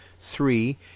three